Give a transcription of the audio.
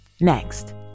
Next